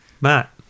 Matt